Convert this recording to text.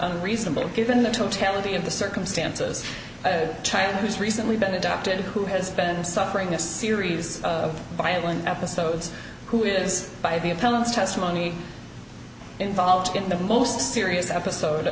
unreasonable given the totality of the circumstances a child who's recently been adopted who has been suffering a series of violent episodes who is by the appellants testimony involved in the most serious episode